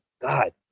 god